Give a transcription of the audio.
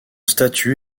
statut